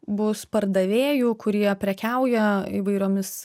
bus pardavėjų kurie prekiauja įvairiomis